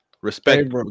Respect